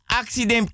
accident